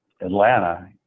Atlanta